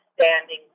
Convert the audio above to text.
standing